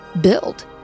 build